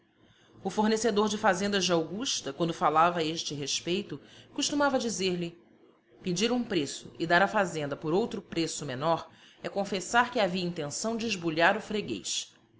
o fornecedor de fazendas de augusta quando falava a este respeito costumava dizer-lhe pedir um preço e dar a fazenda por outro preço menor é confessar que havia intenção de esbulhar o freguês